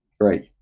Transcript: Right